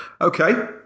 Okay